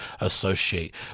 associate